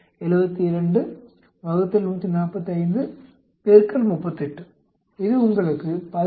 72 ÷ 145 38 இது உங்களுக்கு 18